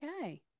Okay